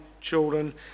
children